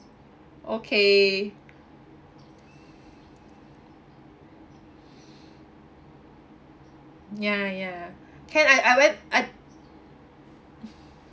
okay ya ya can I I went I